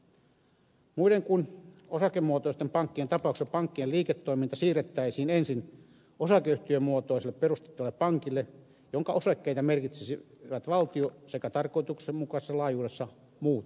muiden kuin osakemuotoisten pankkien tapauksissa pankkien liiketoiminta siirrettäisiin ensin perustettavalle osakeyhtiömuotoiselle pankille jonka osakkeita merkitsisivät valtio sekä tarkoituksenmukaisessa laajuudessa muut omistajat